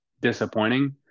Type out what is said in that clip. disappointing